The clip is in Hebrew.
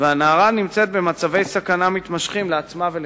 והנערה נמצאת במצבי סכנה מתמשכים, לעצמה ולסביבתה.